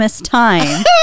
time